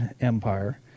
empire